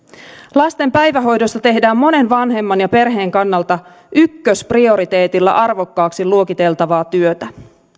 lasten päivähoidossa tehdään monen vanhemman ja perheen kannalta ykkösprioriteetilla arvokkaaksi luokiteltavaa työtä